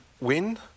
Win